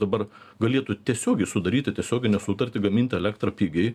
dabar galėtų tiesiogiai sudaryti tiesioginę sutartį gaminti elektrą pigiai